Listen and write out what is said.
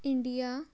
India